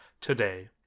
today